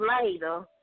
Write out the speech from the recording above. later